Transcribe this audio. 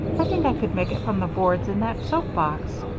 i think i could make it from the boards in that soap box.